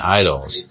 idols